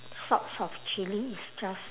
sorts of chilli is just